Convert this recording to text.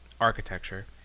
architecture